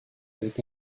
avec